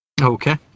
okay